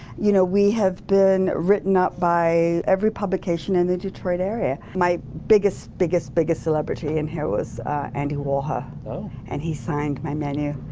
you know, we have been written up by every publication in the detroit area. my biggest, biggest biggest celebrity in here was andy warhol and he signed my menu.